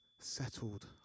settled